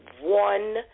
one